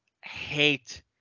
hate